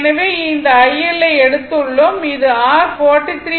எனவே இந்த IL ஐ எடுத்துள்ளோம் இது r 43